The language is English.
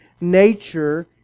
nature